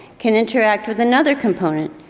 can interact with another component,